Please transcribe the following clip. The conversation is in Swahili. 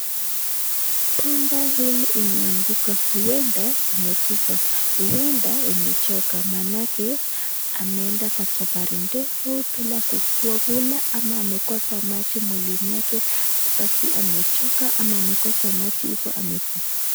Punda hili imeanguka. Huenda amekufa, huenda imechoka maanake ameenda kwa safari ndefu bila kukula, ama amekosa maji mwilini yake, basi amechoka. Ama amekosa maji hivo amekufa.